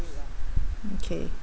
okay